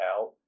out